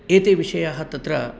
एते विषयाः तत्र